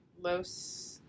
Los